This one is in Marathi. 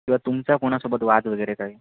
किंवा तुमचा कोणासोबत वाद वगैरे काही